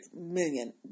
million